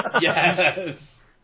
Yes